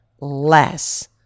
less